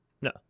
No